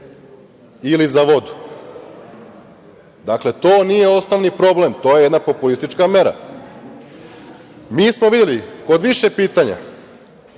Ili za vodu? Dakle, to nije osnovni problem, to je jedna populistička mera. Mi smo videli kod više pitanja